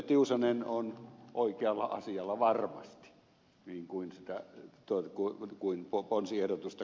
tiusanen on oikealla asialla varmasti niin kuin ponsiehdotusta kannattanut ed